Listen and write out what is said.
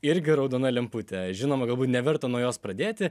irgi raudona lemputė žinoma galbūt neverta nuo jos pradėti